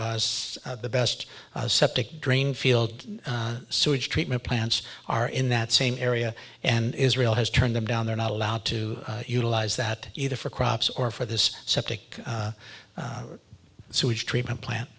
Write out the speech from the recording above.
so the best septic drainfield sewage treatment plants are in that same area and israel has turned them down they're not allowed to utilize that either for crops or for this septic sewage treatment plant